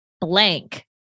blank